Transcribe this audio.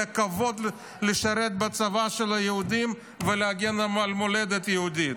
על הכבוד לשרת בצבא של היהודים ולהגן על המולדת היהודית.